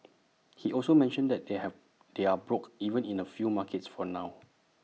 he also mentioned that they have they are broke even in A few markets for now